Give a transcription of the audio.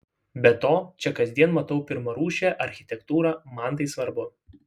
be to čia kasdien matau pirmarūšę architektūrą man tai svarbu